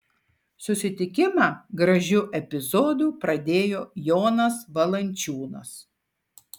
susitikimą gražiu epizodu pradėjo jonas valančiūnas